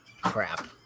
crap